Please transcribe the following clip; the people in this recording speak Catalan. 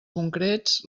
concrets